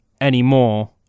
anymore